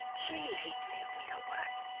gee, he gave me a whack!